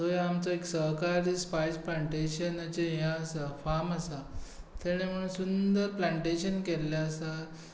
थंय आमचो एक सहकारी स्पायस प्लांन्टेशनाचें हें आसा फार्म आसा ताणे म्हणोन सुंदर प्लान्टेंशन केल्लें आसा